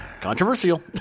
Controversial